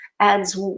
adds